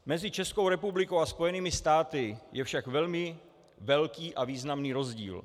Mezi Českou republikou a Spojenými státy je však velmi významný rozdíl.